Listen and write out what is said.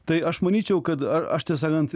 tai aš manyčiau kad aš tiesą sakant